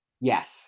Yes